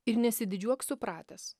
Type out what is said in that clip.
ir nesididžiuok supratęs